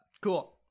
Cool